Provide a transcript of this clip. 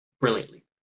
brilliantly